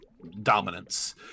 Dominance